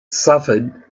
suffered